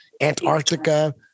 antarctica